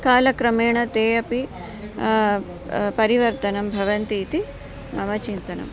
कालक्रमेण ते अपि परिवर्तनं भवन्ति इति मम चिन्तनम्